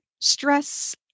stress